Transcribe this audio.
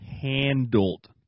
handled